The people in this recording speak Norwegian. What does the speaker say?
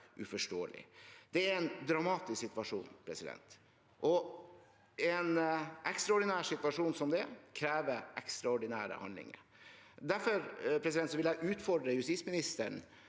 uforståelig. Det er en dramatisk situasjon. En ekstraordinær situasjon som det krever ekstraordinære handlinger. Derfor vil jeg utfordre justisministeren